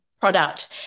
product